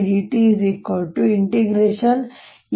j dV